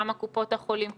כמה קופות החולים קיבלו.